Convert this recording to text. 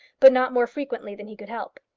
but not more frequently than he could help.